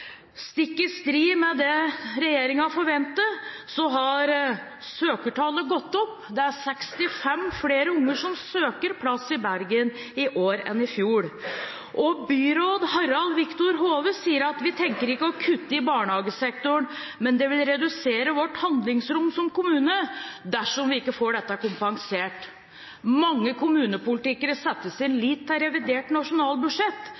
Stikk i strid med det regjeringen forventet, har søkertallet gått opp. Det er 65 flere barn som søker plass i Bergen i år enn i fjor. Byråd Harald Victor Hove sier: Vi tenker ikke å kutte i barnehagesektoren, men det vil redusere vårt handlingsrom som kommune dersom vi ikke får dette kompensert. Mange kommunepolitikere setter sin lit til revidert nasjonalbudsjett.